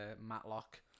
Matlock